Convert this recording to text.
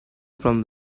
from